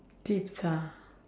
tips ah